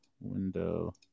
window